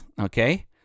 okay